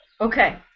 Okay